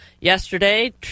Yesterday